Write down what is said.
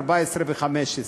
14 ו-15 שקל.